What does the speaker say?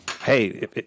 hey